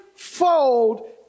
fold